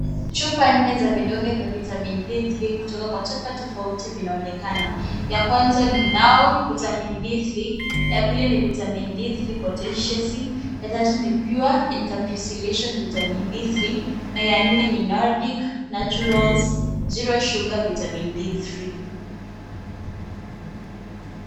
Chupa nne za vidonge vya vitamin D kutoka kwa chapa tofauti vinaonekana. Ya kwanza ni Now Vitamin D3 , ya pili ni vitamin D3 Potentiacy , ya tatu ni Pure Incapasulation Vitamin D3 na ya nne ni Nordic Naturals Zero Sugar Vitamin D3 .